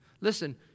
Listen